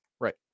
Right